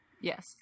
yes